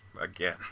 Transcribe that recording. again